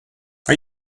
are